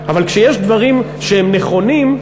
לממשלה, אבל כשיש דברים שהם נכונים,